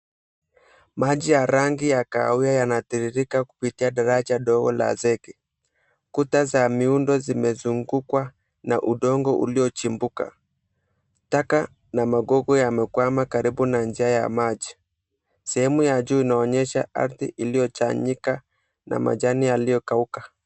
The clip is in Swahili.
Maji ya rangi ya kahawia yanatiririka kupitia daraja dogo la azeki. Kuta za miundo zimezungukwa na udongo uliochimbuka. Taka na magogo yamekwama karibu na njia ya maji. Sehemu ya juu inaonyesha ardhi iliyochanika na majani yaliyokauka.